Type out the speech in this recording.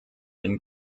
been